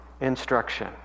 instruction